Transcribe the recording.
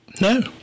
No